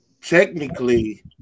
technically